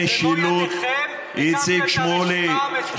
במו ידיכם הקמתם את הרשימה המשותפת.